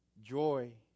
joy